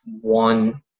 one